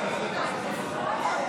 לא נתקבלה.